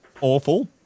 awful